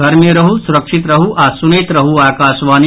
घर मे रहू सुरक्षित रहू आ सुनैत रहू आकाशवाणी